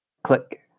Click